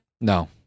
No